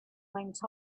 went